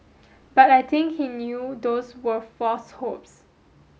but I think he knew those were false hopes